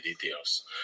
details